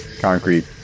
concrete